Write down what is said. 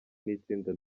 n’itsinda